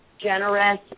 generous